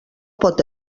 pot